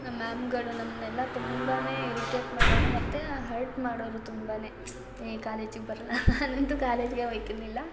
ನಮ್ಮ ಮ್ಯಾಮ್ಗಳು ನಮ್ಮನೆಲ್ಲ ತುಂಬಾ ಇರಿಟೇಟ್ ಮಾಡೋವ್ರು ಮತ್ತು ಹರ್ಟ್ ಮಾಡೋವ್ರು ತುಂಬಾ ಏ ಕಾಲೇಜಿಗೆ ಬರಲ್ಲ ನಾನಂತೂ ಕಾಲೇಜ್ಗೇ ಹೋಯ್ತಿರ್ಲಿಲ್ಲ